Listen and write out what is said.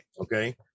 Okay